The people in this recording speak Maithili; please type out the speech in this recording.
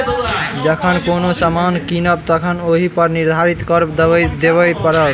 जखन कोनो सामान कीनब तखन ओहिपर निर्धारित कर देबय पड़त